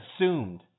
assumed